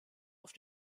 auf